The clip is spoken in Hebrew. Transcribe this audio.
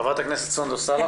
ח"כ סונדוס סאלח,